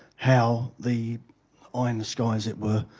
how the eye-in-the-sky, as it were,